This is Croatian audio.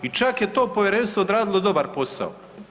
I čak je to povjerenstvo odradilo dobar posao.